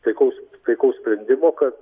taikaus taikaus sprendimo kad